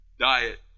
Diet